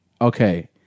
Okay